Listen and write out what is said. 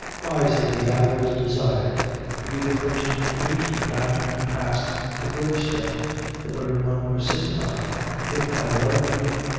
why, said he, i was desired to be the first to meet you after you passed the grey stone the very one we're sittin' on if i loved you,